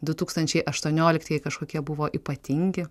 du tūkstančiai aštuonioliktieji kažkokie buvo ypatingi